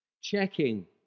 Checking